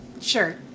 Sure